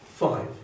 five